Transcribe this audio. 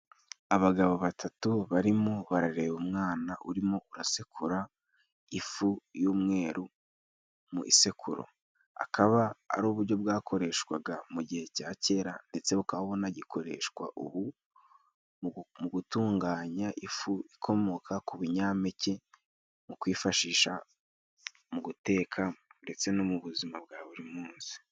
Abagabo batatu barimo barareba umwana urimo urasekura ifu y'umweru mu isekuru, akaba ari uburyo bwakoreshwaga mu gihe cya kera, ndetse bukaba bunagikoreshwa ubu mu gutunganya ifu ikomoka ku binyampeke mu kwifashisha mu guteka ndetse no mu buzima bwa buri munsi.